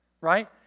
right